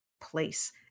place